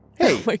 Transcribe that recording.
Hey